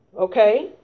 Okay